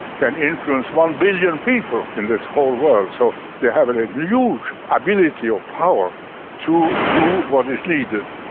can influence one billion people in this whole world, so they have a huge ability or power to do what is needed,